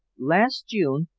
last june,